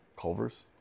Culver's